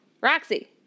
Roxy